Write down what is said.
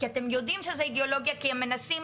אתם יודעים שזאת אידיאולוגיה כי הם מנסים